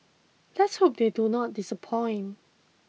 let's hope they do not disappoint